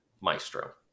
maestro